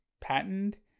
patented